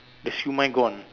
the siew-mai gone